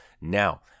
Now